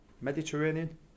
Mediterranean